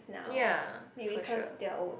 ya for sure